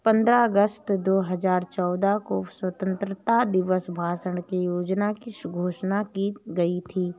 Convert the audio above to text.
पन्द्रह अगस्त दो हजार चौदह को स्वतंत्रता दिवस भाषण में योजना की घोषणा की गयी थी